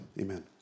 amen